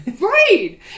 Right